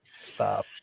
stop